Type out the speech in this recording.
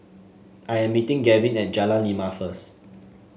I am meeting Gavin at Jalan Lima first